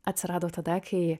atsirado tada kai